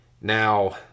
Now